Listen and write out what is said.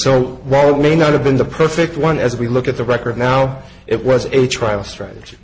we may not have been the perfect one as we look at the record now it was a trial strategy